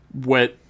wet